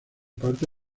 parte